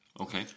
Okay